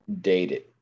dated